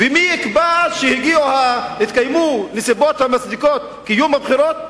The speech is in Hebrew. ומי יקבע שיתקיימו נסיבות המצדיקות קיום הבחירות?